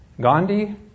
Gandhi